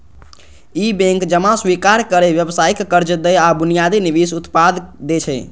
ई bank जमा स्वीकार करै, व्यावसायिक कर्ज दै आ बुनियादी निवेश उत्पाद दै छै